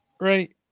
right